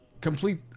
complete